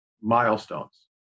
milestones